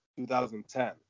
2010